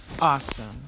awesome